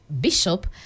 Bishop